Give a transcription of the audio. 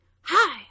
Hi